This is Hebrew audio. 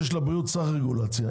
צריך רגולציה.